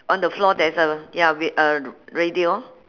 on the floor there's a ya ra~ a radio